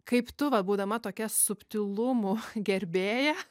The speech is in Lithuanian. kaip tu va būdama tokia subtilumų gerbėja